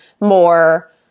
more